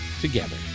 together